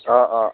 অঁ অঁ